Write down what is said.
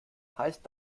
heißt